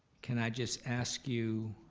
can i just ask you